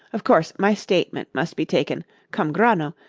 of course my statement must be taken cum grano,